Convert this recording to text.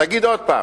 תגיד עוד פעם.